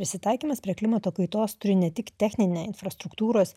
prisitaikymas prie klimato kaitos turi ne tik techninę infrastruktūros